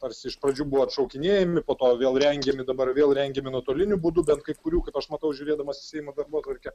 tarsi iš pradžių buvo atšaukinėjami po to vėl rengiami dabar vėl rengiami nuotoliniu būdu bent kai kurių aš matau žiūrėdamas į seimo darbotvarkę